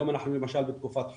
היום אנחנו למשל בתקופת חורף,